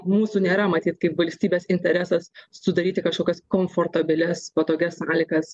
mūsų nėra matyt kaip valstybės interesas sudaryti kažkokias komfortabilias patogias sąlygas